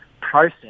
process